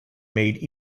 made